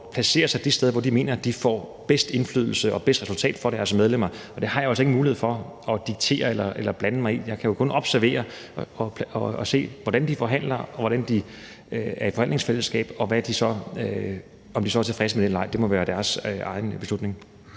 placere sig de steder, hvor de mener de får den bedste indflydelse og det bedste resultat for deres medlemmer. Det har jeg jo altså ingen mulighed for at diktere eller blande mig i. Jeg kan kun observere og se, hvordan de forhandler, og hvordan de er i forhandlingsfællesskab, og om de så er tilfredse eller ej, må være deres egen beslutning.